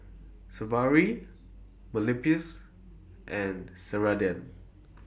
Sigvaris Mepilex and Ceradan